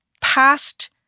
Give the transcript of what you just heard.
past